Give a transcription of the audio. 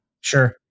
sure